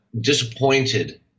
disappointed